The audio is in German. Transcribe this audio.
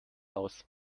aus